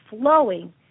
flowing